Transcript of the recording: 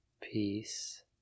Peace